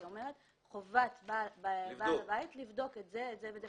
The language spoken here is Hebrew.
היא אומרת: חובת בעל הבית לבדוק את זה ואת זה,